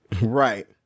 right